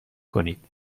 کنید